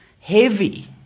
heavy